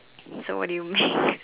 so what do you make